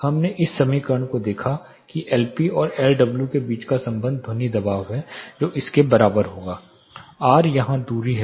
हमने इस समीकरण को देखा कि एल पी और एल डब्ल्यू के बीच का संबंध ध्वनि दबाव है जो इसके बराबर होगा LpLw−20logr−11 r यहां दूरी है